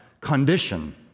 condition